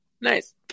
nice